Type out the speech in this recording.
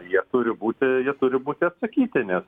jie turi būti jie turi būti atsakyti nes